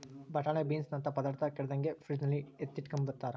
ಬಟಾಣೆ ಬೀನ್ಸನಂತ ಪದಾರ್ಥ ಕೆಡದಂಗೆ ಫ್ರಿಡ್ಜಲ್ಲಿ ಎತ್ತಿಟ್ಕಂಬ್ತಾರ